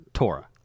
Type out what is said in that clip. Torah